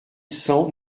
cent